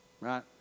right